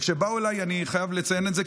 ואני חייב לציין את זה,